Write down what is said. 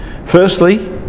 Firstly